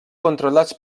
controlats